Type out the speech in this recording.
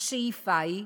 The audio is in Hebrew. השאיפה היא,